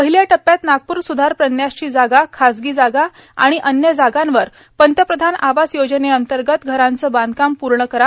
पहिल्या टप्प्यत नागपूर सुधार प्रन्यासची जागा खासगी जागा आणि अन्य जागांवर पंतप्रधान आवास योजनेअंतर्गत घरांच बांधकाम पूर्ण करा